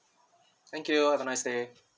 thank you have a nice day